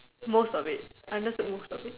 most of it ya that's the most of it